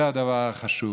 זה הדבר החשוב.